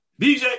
BJ